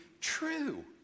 true